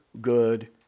good